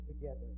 together